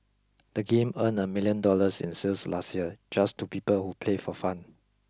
the game earned a million dollars in sales last year just to people who play for fun